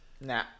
Nah